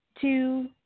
two